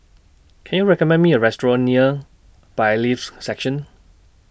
Can YOU recommend Me A Restaurant near Bailiffs' Section